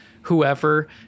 whoever